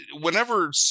whenever